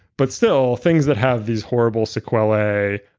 but still things that have these horrible sequelae,